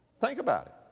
think about it.